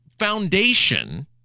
foundation